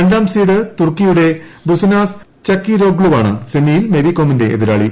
രണ്ടാം സീഡ് തുർക്കിയുടെ ബുസനാസ് ചകിരോഗ്ളുവാണ് സെമിയിൽ മേരികോമിന്റെ എതിരാളി